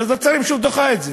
ועדת השרים שוב דוחה את זה.